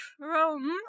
chrome